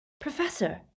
Professor